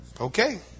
Okay